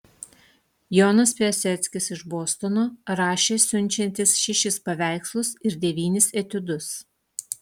jonas piaseckis iš bostono rašė siunčiantis šešis paveikslus ir devynis etiudus